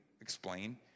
explain